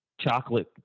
chocolate